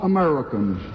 Americans